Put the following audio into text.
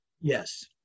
yes